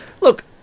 look